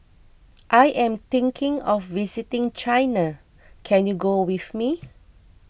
I am thinking of visiting China can you go with me